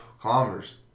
kilometers